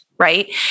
Right